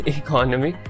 economy